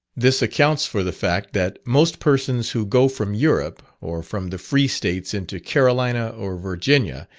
this accounts for the fact, that most persons who go from europe, or from the free states, into carolina or virginia,